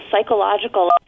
psychological